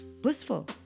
blissful